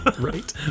right